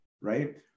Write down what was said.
right